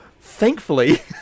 thankfully